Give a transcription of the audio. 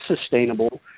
sustainable